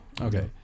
Okay